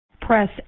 Press